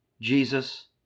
Jesus